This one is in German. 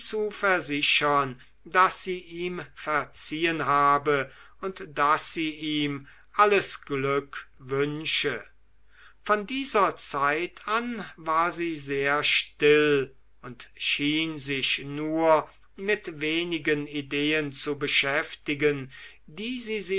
zu versichern daß sie ihm verziehen habe und daß sie ihm alles glück wünsche von dieser zeit an war sie sehr still und schien sich nur mit wenigen ideen zu beschäftigen die sie